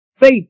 Faith